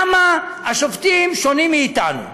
למה השופטים שונים מאיתנו?